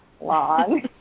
long